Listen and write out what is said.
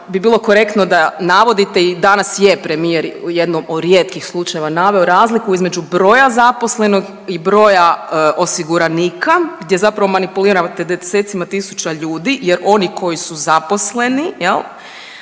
bi bilo korektno da navodite i danas je primjer u jednom od rijetkih slučajeva naveo razliku između broja zaposlenih i broja osiguranika gdje zapravo manipulirate desecima tisuća ljudi jer oni koji su zaposleni, jel'